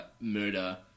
murder